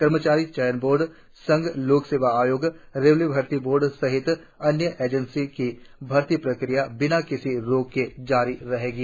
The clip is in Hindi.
कर्मचारी चयन आयोग संघ लोक सेवा आयोग रेलवे भर्ती बोर्ड सहित अन्य एजेंसियों की भर्ती प्रक्रिया बिना किसी रोक के जारी रहेंगी